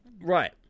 Right